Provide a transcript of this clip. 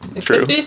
true